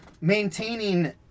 maintaining